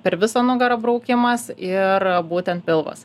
per visą nugarą braukimas ir būtent pilvas